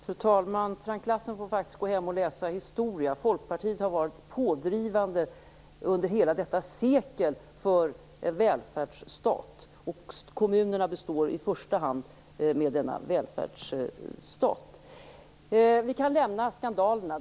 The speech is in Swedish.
Fru talman! Frank Lassen borde faktiskt gå hem och läsa historia. Folkpartiet har under hela detta sekel varit pådrivande för en välfärdsstat, och det är kommunerna som i första hand består med denna välfärd. Vi kan lämna skandalerna.